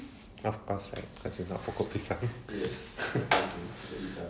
of course right cause you are not pokok pisang